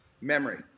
memory